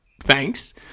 thanks